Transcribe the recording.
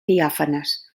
diàfanes